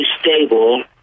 stable